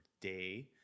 day